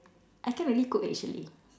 I can't really cook actually